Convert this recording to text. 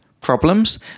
problems